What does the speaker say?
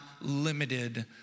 limited